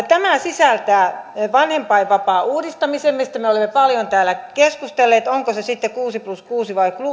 tämä sisältää vanhempainvapaan uudistamisen mistä me olemme paljon täällä keskustelleet onko se sitten kuusi plus kuusi vai